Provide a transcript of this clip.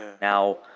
Now